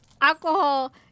alcohol